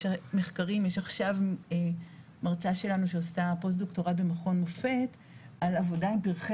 יש עכשיו מרצה שלנו שעשתה פוסט דוקטורט במכון מופ"ת על עבודה עם פרחי